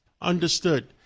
Understood